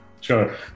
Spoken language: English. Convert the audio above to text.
Sure